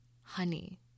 Honey